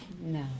No